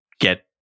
get